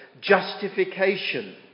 justification